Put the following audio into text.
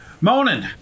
Morning